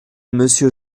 monsieur